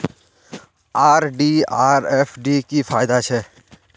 RD आर FD की फ़ायदा छे?